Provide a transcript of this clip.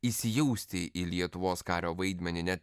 įsijausti į lietuvos kario vaidmenį net